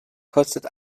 kostet